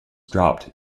dropped